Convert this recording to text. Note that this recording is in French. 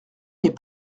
n’est